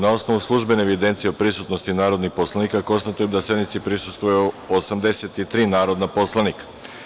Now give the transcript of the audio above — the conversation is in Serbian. Na osnovu službene evidencije o prisutnosti narodnih poslanika, konstatujem da sednici prisustvuje 83 narodna poslanika.